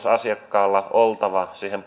asiakkaalla on oltava luottamus siihen